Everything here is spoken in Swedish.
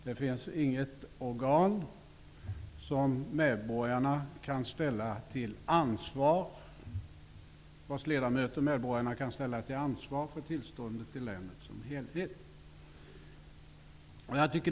Det finns inget organ som ledamöterna eller medborgarna kan ställa till ansvar för tillståndet i länet som helhet.